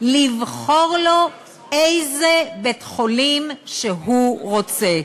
לבחור לו איזה בית-חולים שהוא רוצה.